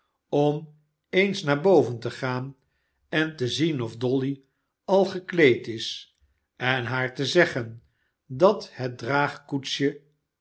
om eens naar boven te gaan en te zien of dolly al gekleed is en haar te zeggen dat het